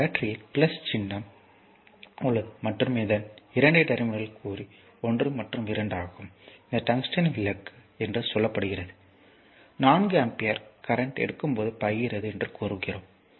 ஒரு பேட்டரியில் சின்னம் சின்னம் உள்ளது மற்றும் இதன் 2 டெர்மினல்கள் குறி 1 மற்றும் 2 ஆகும் இது டங்ஸ்டன் விளக்கு என்று சொல்லப்படுகிறது 4 ஆம்பியர் கரண்ட் எடுக்கும்போது பாய்கிறது என்று கூறுகிறது